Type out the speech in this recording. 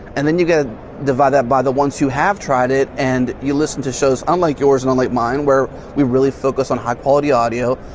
and then you've got to divide that by the ones who have tried it and you listen to shows unlike yours and unlike mine where you really focus on high quality audio,